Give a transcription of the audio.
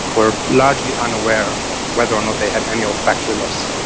were largely unaware of whether or not they had any olfactory loss.